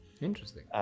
Interesting